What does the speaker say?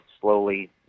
slowly